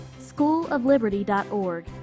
SchoolofLiberty.org